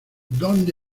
dónde